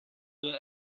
were